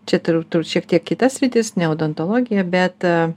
čia tur tur šiek tiek kita sritis ne odontologija bet